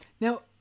Now